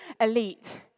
elite